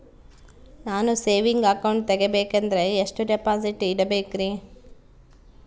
ನಾನು saving account ತೆಗಿಬೇಕಂದರ ಎಷ್ಟು ಡಿಪಾಸಿಟ್ ಇಡಬೇಕ್ರಿ?